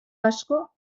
asko